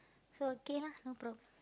so okay lah no prob~